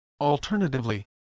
Alternatively